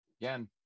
again